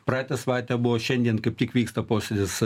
praeitą savaitę buvo šiandien kaip tik vyksta posėdis